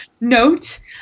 note